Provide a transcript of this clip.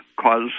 cause